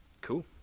Cool